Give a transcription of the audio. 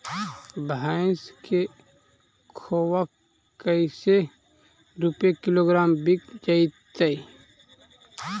भैस के खोबा कैसे रूपये किलोग्राम बिक जइतै?